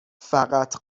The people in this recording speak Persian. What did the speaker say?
فقط